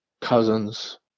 cousins